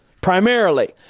primarily